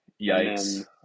Yikes